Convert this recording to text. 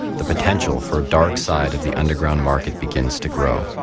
the potential for a dark side of the underground market begins to grow.